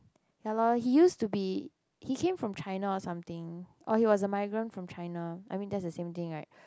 ya loh he used to be he came from China or something or he was a migrant from China I mean that's the same thing right